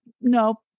no